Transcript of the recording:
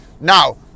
Now